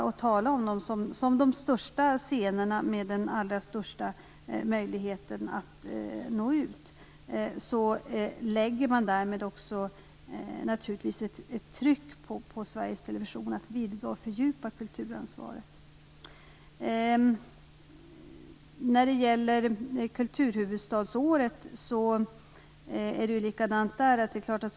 Vi talar där om dem som de största scenerna med den största möjligheten att nå ut. Därmed skapas ett tryck på Sveriges Television att vidga och fördjupa kulturansvaret. Birgitta Wistrand tar upp kulturhuvudstadsåret.